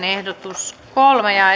ehdotus kaksi ja